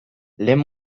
lehen